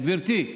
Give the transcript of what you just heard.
גברתי,